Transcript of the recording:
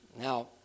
Now